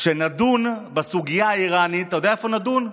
נדון בסוגיה האיראנית, אתה יודע איפה נדון?